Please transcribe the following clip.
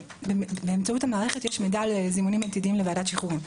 באמצעות המערכת יש מידע לזימונים עתידיים לוועדת שחרורים.